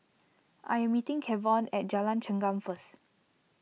I am meeting Kevon at Jalan Chengam first